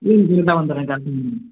ம் கரெட்டாக வந்துடுறேன் கரெட்டாக வந்துடுறேன்